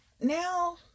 now